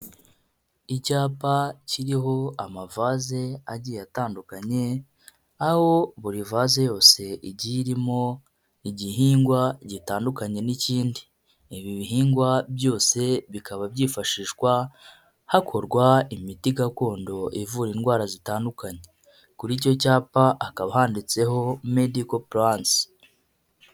Icyapa kiriho amavase agiye atandukanye, aho buri vase yose igiye irimo igihingwa gitandukanye n'ikindi, ibi bihingwa byose bikaba byifashishwa hakorwa imiti gakondo ivura indwara zitandukanye, kuri icyo cyapa hakaba handitseho mediko mpuransi.